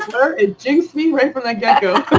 ah jinxed me right from the get-go.